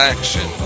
Action